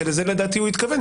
שלזה לדעתי הוא התכוון,